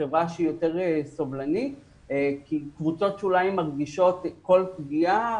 חברה שהיא יותר סובלנית כי קבוצות שוליים מרגישות כל פגיעה